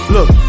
Look